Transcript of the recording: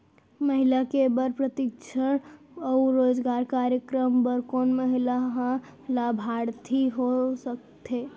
महिला के बर प्रशिक्षण अऊ रोजगार कार्यक्रम बर कोन महिला ह लाभार्थी हो सकथे?